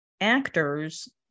actors